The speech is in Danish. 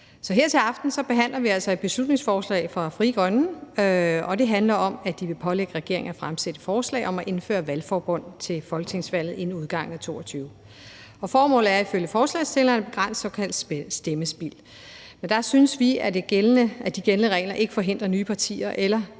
Så her til aften behandler vi altså et beslutningsforslag fra Frie Grønne, og det handler om, at de vil pålægge regeringen at fremsætte forslag om at indføre valgforbund til folketingsvalg inden udgangen af 2022. Formålet er ifølge forslagsstillerne at begrænse såkaldt stemmespild, men der synes vi, at de gældende regler ikke forhindrer nye partier eller